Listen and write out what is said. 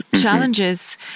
challenges